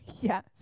Yes